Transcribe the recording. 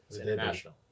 international